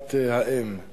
עבודת האם,